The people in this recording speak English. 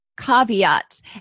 caveats